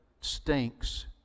stinks